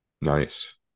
Nice